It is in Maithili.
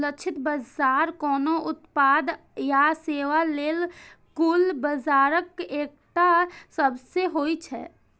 लक्षित बाजार कोनो उत्पाद या सेवा लेल कुल बाजारक एकटा सबसेट होइ छै